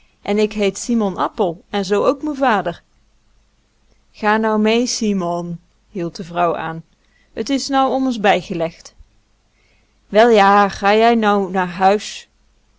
en ik heet simon appel en zoo ook me vader ga nou mee simon hield de vrouw aan t is nou ommers bijgelegd wel ja ga jij nou naar huis